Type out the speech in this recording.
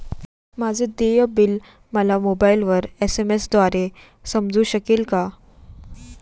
माझे देय बिल मला मोबाइलवर एस.एम.एस द्वारे समजू शकेल का?